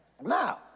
Now